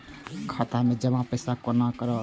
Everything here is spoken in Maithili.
खाता मैं जमा पैसा कोना कल